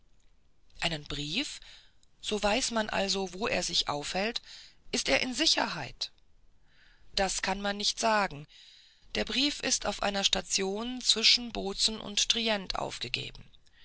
einen brief so weiß man also wo er sich aufhält so ist er in sicherheit das kann man nicht sagen der brief ist auf einer station zwischen bozen und trient aufgegeben